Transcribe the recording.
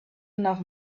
enough